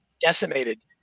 decimated